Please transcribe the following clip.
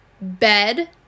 Bed